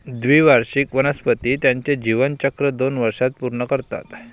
द्विवार्षिक वनस्पती त्यांचे जीवनचक्र दोन वर्षांत पूर्ण करतात